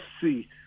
see